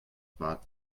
pad